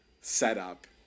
setup